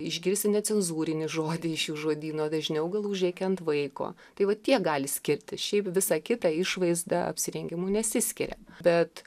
išgirsi necenzūrinį žodį iš jų žodyno dažniau gal užrėkia ant vaiko tai vat tie gali skirtis šiaip vis kita išvaizda apsirengimu nesiskiria bet